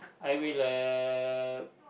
I will uh